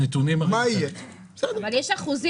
מה יהיה בסופו של דבר?